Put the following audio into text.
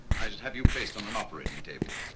i should have you placed on an operating table,